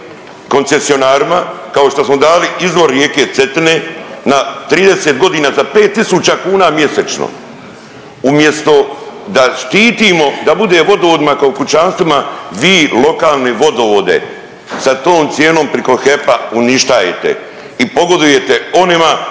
koncesionarima, kao što smo dali izvor rijeke Cetine na 30.g. za 5 tisuća kuna mjesečno. Umjesto da štitimo, da bude vodovodima kao kućanstvima vi lokalne vodovode sa tom cijenom priko HEP-a uništajete i pogodujete onima